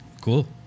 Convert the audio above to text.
Cool